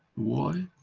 why?